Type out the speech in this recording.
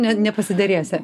ne nepasiderėsi